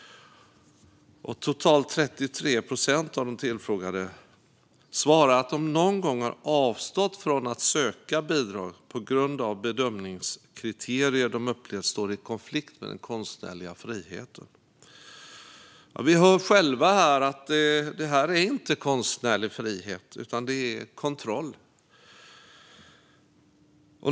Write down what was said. Totalt 33 procent av de tillfrågade konstnärerna och kulturskaparna svarade att de någon gång har avstått från att söka bidrag på grund av bedömningskriterier som de upplevt står i konflikt med den konstnärliga friheten. Vi hör själva att detta inte är konstnärlig frihet, utan det är kontroll.